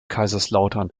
kaiserslautern